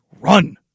run